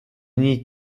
need